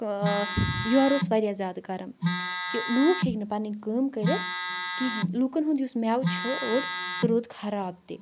آں یورٕ اوس واریاہ زیادٕ گَرم کہِ لوک ہیکۍ نہٕ پَنٕنۍ کٲم کٔرِتھ کِہیٖنہ لُکَن ہُنٛد یُس میوٕ چھُ اوڑ سُہ رود خراب تہِ